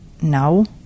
No